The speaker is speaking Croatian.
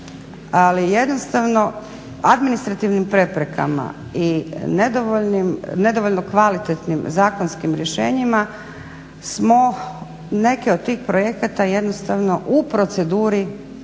ali jednostavno administrativnim preprekama i nedovoljno kvalitetnim zakonskim rješenjima smo neke od tih projekata jednostavno u proceduri